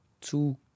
two